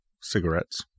cigarettes